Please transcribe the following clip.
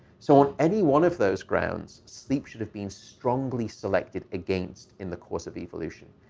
so on any one of those grounds, sleep should have been strongly selected against in the course of evolution.